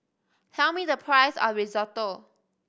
tell me the price of Risotto